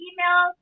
Email